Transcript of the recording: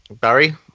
Barry